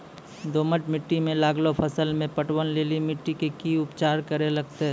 दोमट मिट्टी मे लागलो फसल मे पटवन लेली मिट्टी के की उपचार करे लगते?